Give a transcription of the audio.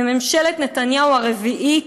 ממשלת נתניהו הרביעית,